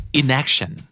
inaction